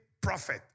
prophet